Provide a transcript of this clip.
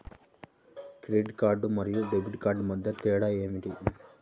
Credit card మరియు debit card మధ్య తేడా ఏమిటి?